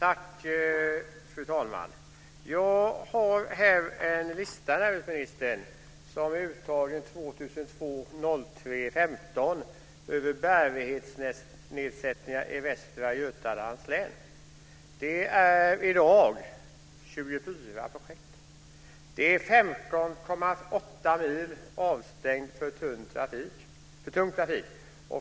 Fru talman! Jag har här en lista, näringsministern, framtagen den 5 mars 2002 över bärighetsnedsättningar i Västra Götalands län. De är i dag 24 projekt. 15,8 mil väg är avstängd för tung trafik.